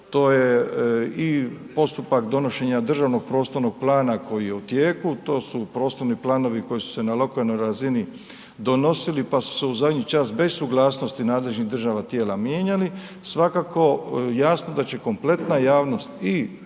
To je i postupak donošenja državnog prostornog plana koji je u tijeku, to su prostorni planovi koji su se na lokalnoj razini donosili pa su se u zadnji čas bez suglasnosti nadležnih državnih tijela mijenjali, svakako jasno da će kompletna javnost, i Hrvatska